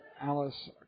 Alice